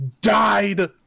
died